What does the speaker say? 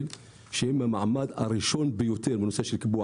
שהם במעמד הראשון ביותר בנושא של קיבוע